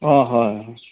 অঁ হয়